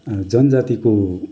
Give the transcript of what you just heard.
जनजातिको